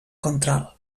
contralt